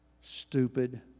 stupid